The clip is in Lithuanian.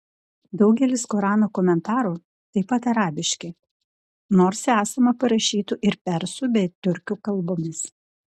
daugelis korano komentarų taip pat arabiški nors esama parašytų ir persų bei tiurkų kalbomis